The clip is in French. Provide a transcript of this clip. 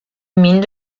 mines